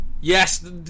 Yes